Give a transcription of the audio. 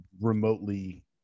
remotely